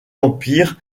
empire